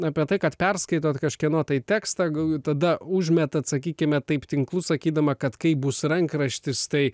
apie tai kad perskaitot kažkieno tai tekstą tada užmetat sakykime taip tinklus sakydama kad kai bus rankraštis tai